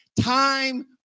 Time